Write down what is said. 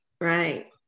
right